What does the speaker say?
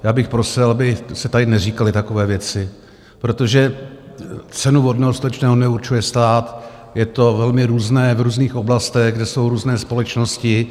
Já bych prosil, aby se tady neříkaly takové věci, protože cenu vodného, stočného neurčuje stát, je to velmi různé v různých oblastech, kde jsou různé společnosti.